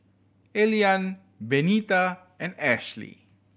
Elian Benita and Ashly